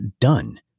done